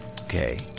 Okay